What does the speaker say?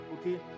okay